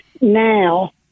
now